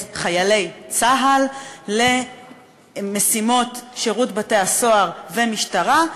חיילי צה"ל למשימות שירות בתי-הסוהר והמשטרה,